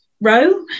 row